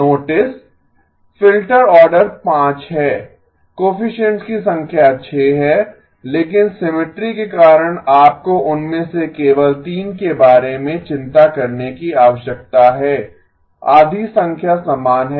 notice filter order 5 है coefficients की संख्या 6 है लेकिन सिमिट्री के कारण आपको उनमें से केवल 3 के बारे में चिंता करने की आवश्यकता है आधी संख्या समान हैं